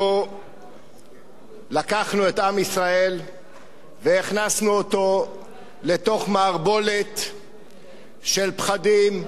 אנחנו לקחנו את עם ישראל והכנסנו אותו לתוך מערבולת של פחדים,